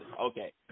okay